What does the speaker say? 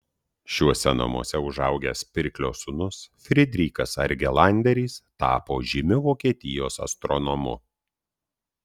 šiuose namuose užaugęs pirklio sūnus frydrichas argelanderis tapo žymiu vokietijos astronomu